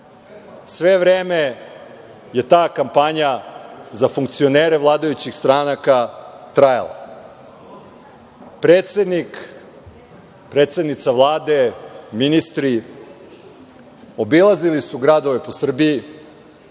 Sve vreme je ta kampanja za funkcionere vladajućih stranaka trajala. Predsednik, predsednica Vlade, ministri obilazili su gradove po Srbiji.